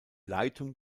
leitung